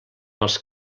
els